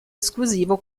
esclusivo